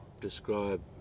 describe